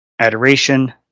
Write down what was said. adoration